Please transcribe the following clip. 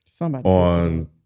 on